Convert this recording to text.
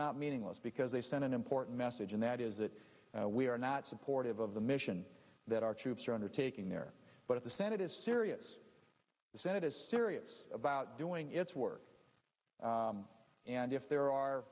not meaningless because they sent an important message and that is that we are not supportive of the mission that our troops are undertaking there but at the senate is serious the senate is serious about doing its work and if there